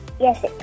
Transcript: yes